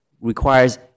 requires